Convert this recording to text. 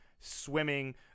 Swimming